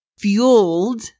fueled